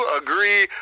agree